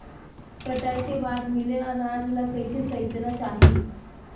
कटाई के बाद मिले अनाज ला कइसे संइतना चाही?